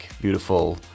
beautiful